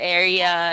area